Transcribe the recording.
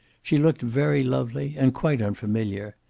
she looked very lovely and quite unfamiliar.